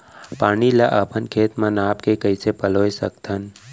पानी ला अपन खेत म नाप के कइसे पलोय सकथन?